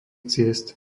ciest